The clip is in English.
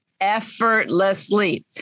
effortlessly